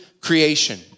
creation